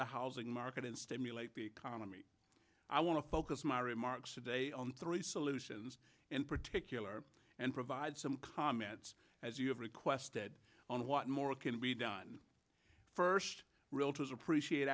the housing market in stimulate the economy i want to focus my remark today on three solutions in particular and provide some comments as you have requested on what more can be done first realtors appreciate